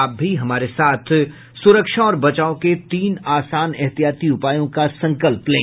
आप भी हमारे साथ सुरक्षा और बचाव के तीन आसान एहतियाती उपायों का संकल्प लें